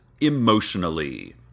emotionally